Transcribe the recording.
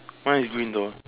mine is green though